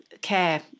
care